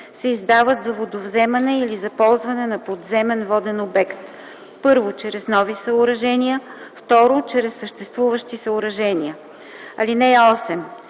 се издават за водовземане или за ползване на подземен воден обект: 1. чрез нови съоръжения; 2. чрез съществуващи съоръжения. (8)